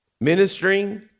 ministering